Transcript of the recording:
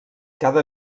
cada